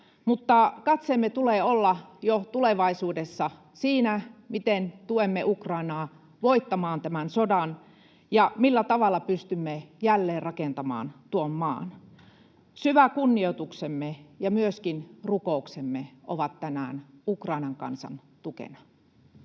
mutta katseemme tulee olla jo tulevaisuudessa: siinä, miten tuemme Ukrainaa voittamaan tämän sodan ja millä tavalla pystymme jälleenrakentamaan tuon maan. Syvä kunnioituksemme ja myöskin rukouksemme ovat tänään Ukrainan kansan tukena.